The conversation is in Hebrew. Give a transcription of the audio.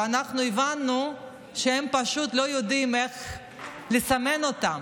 ואנחנו הבנו שהם פשוט לא יודעים איך לסמן אותן.